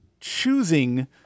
choosing